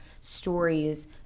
stories